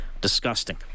disgusting